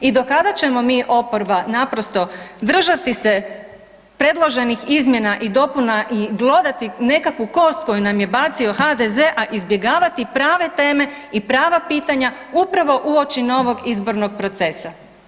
I do kada ćemo mi oporba naprosto držati se predloženih izmjena i dopuna i glodati nekakvu kost koju nam je bacio HDZ, a izbjegavati prave teme i prava pitanja upravo uoči novog izbornog procesa.